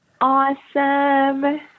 Awesome